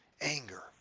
anger